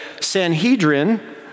Sanhedrin